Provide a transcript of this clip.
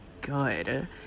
good